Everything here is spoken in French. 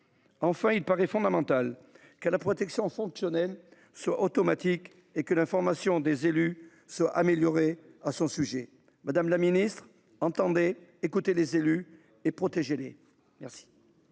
Enfin, il paraît fondamental que l’octroi de la protection fonctionnelle soit automatique et que l’information des élus soit améliorée à ce sujet. Madame la ministre, entendez le message des élus et protégez les !